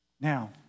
Now